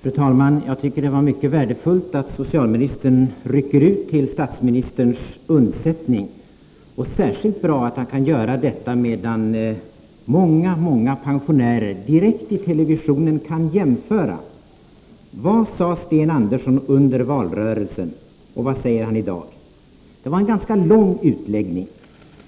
Fru talman! Jag tycker att det är mycket värdefullt att socialministern rycker ut till statsministerns undsättning och särskilt bra att han kan göra detta medan många många pensionärer direkt i televisionen kan jämföra vad Sten Andersson sade under valrörelsen och vad han säger i dag. Det var en ganska lång utläggning.